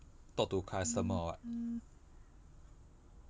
talk to customer or what